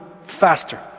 faster